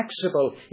flexible